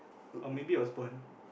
or maybe I was born